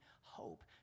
hope